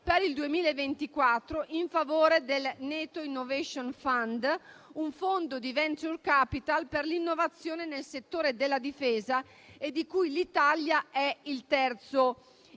per il 2024 in favore del NATO Innovation Fund, un fondo di *venture capital* per l'innovazione nel settore della Difesa e di cui l'Italia è il terzo investitore